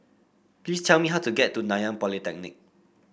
please tell me how to get to Nanyang Polytechnic